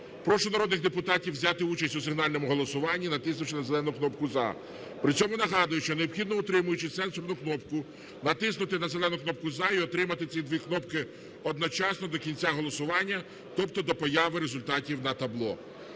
Прошу народних депутатів взяти участь у сигнальному голосуванні, натиснувши на зелену кнопку "За". При цьому нагадую, що необхідно, утримуючи сенсорну кнопку, натиснути на зеленку кнопку "За" і утримати ці дві кнопки одночасно до кінця голосування, тобто до появи результатів на табло.